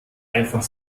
einfach